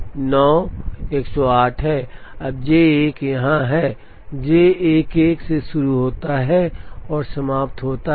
अब J 1 यहाँ है J 1 1 से शुरू होता है और समाप्त होता है